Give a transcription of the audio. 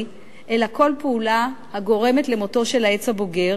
אלא כל פעולה הגורמת למותו של העץ הבוגר,